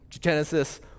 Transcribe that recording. Genesis